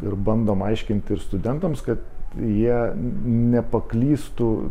ir bandom aiškinti ir studentams kad jie nepaklystų